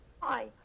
Hi